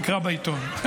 תקרא בעיתון.